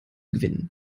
gewinnen